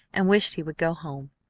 and wished he would go home.